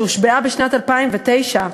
שהושבעה בשנת 2009,